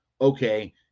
okay